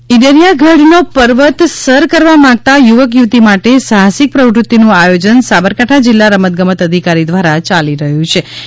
ઈડરીયા ગઢનો પર્વત સર કરવા માંગતા યુવક યુવતી માટે સાહસિક પ્રવૃતિનું આયોજન સાબરકાંઠા જિલ્લા રમત ગમત અધિકારી દ્વારા ચાલી રહ્યું છી